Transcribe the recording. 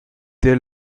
dès